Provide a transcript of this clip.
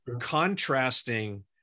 contrasting